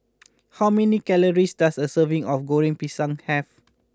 how many calories does a serving of Goreng Pisang have